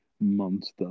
monster